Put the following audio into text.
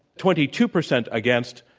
twenty two percent against,